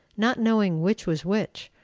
not knowing which was which,